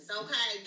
okay